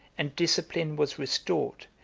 and discipline was restored,